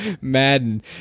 madden